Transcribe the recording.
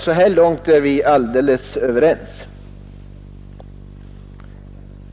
Så här långt är vi väl allesammans överens.